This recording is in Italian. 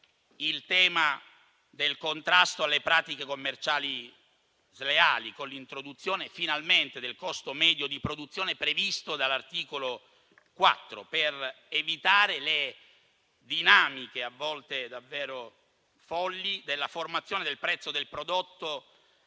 il tema del contrasto alle pratiche commerciali sleali, con l'introduzione del costo medio di produzione previsto dall'articolo 4, per evitare le dinamiche, a volte davvero folli, della formazione del prezzo del prodotto